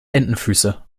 entenfüße